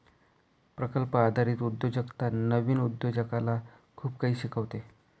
प्रकल्प आधारित उद्योजकता नवीन उद्योजकाला खूप काही शिकवते